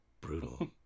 Brutal